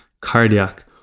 cardiac